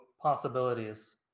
possibilities